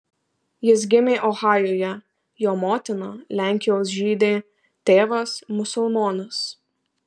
jis gimė ohajuje jo motina lenkijos žydė tėvas musulmonas